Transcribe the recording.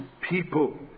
people